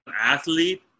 athlete